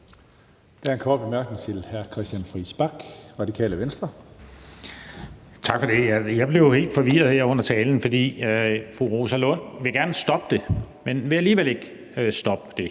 Der er en kort bemærkning til hr. Christian Friis Bach, Radikale Venstre. Kl. 20:13 Christian Friis Bach (RV): Tak for det. Jeg blev helt forvirret her under talen, for fru Rosa Lund vil gerne stoppe det, men vil alligevel ikke stoppe det,